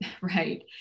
right